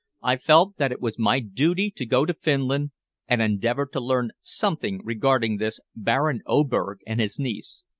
i felt that it was my duty to go to finland and endeavor to learn something regarding this baron oberg and his niece.